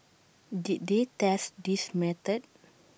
did they test this method